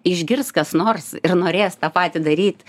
išgirs kas nors ir norės tą patį daryt